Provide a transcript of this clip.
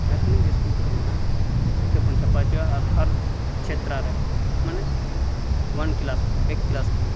ᱡᱟᱦᱟᱸ ᱛᱤᱱᱟᱹᱜ ᱜᱮ ᱤᱥᱠᱩᱞ ᱠᱚᱨᱮ ᱢᱮᱱᱟᱜᱼᱟ ᱠᱤᱛᱟᱹᱵ ᱵᱚᱱ ᱪᱷᱟᱯᱟ ᱦᱚᱪᱚᱭᱟ ᱟᱨ ᱦᱟᱨ ᱪᱷᱮᱛᱟᱨᱟᱨᱮ ᱢᱟᱱᱮ ᱚᱣᱟᱱ ᱠᱮᱞᱟᱥ ᱠᱷᱟᱱ ᱮᱠ ᱠᱮᱞᱟᱥ ᱠᱷᱚᱱ